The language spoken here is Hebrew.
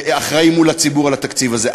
אחראים מול הציבור לתקציב הזה,